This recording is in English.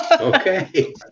Okay